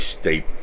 state